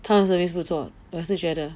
他们 service 不错我也是觉得